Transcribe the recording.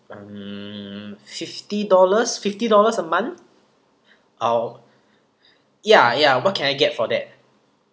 um fifty dollars fifty dollars a month uh ya ya what can I get for that